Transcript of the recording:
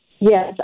Yes